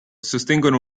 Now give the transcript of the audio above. sostengono